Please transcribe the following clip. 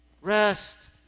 rest